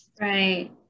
Right